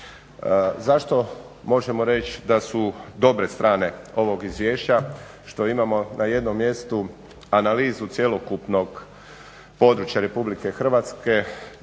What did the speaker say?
Zašto možemo reći da su dobre strane ovog izvješća što imamo na jednom mjestu analizu cjelokupnog područja RH dakle